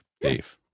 Dave